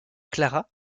clara